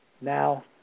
now